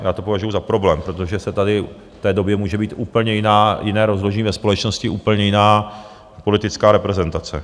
Já to považuju za problém, protože tady v té době může být úplně jiné rozložení ve společnosti, úplně jiná politická reprezentace.